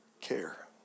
care